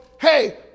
hey